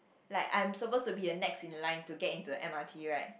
like I'm supposed to be a next in line to get into M_R_T right